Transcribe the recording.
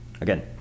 Again